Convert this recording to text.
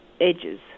edges